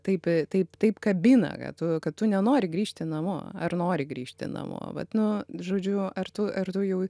taip taip taip kabina kad tu kad tu nenori grįžti namo ar nori grįžti namo vat nu žodžiu ar tu ar tu jau